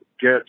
Get